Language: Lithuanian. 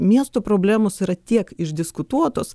miesto problemos yra tiek išdiskutuotos